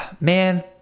Man